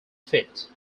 fit